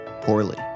Poorly